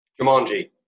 jumanji